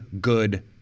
good